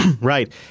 Right